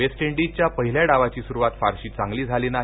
waste इंडीजच्या पहिल्या डावाची सुरुवात फारशी चांगली झाली नाही